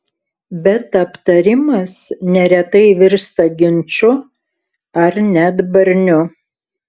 bet aptarimas neretai virsta ginču ar net barniu